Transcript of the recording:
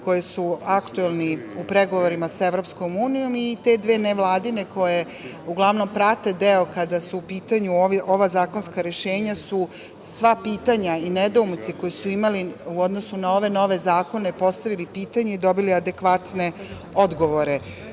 koja su aktuelna u pregovorima sa EU i te dve nevladine koje uglavnom prate deo kada su u pitanju ova zakonska rešenja su sva pitanja i nedoumice koje su imale u odnosu na ove nove zakone postavile pitanja i dobile su adekvatne odgovore. Želim